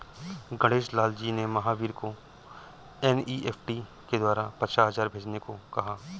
गणेश लाल जी ने महावीर को एन.ई.एफ़.टी के द्वारा पचास हजार भेजने को कहा